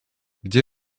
gdzie